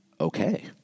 okay